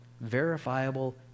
verifiable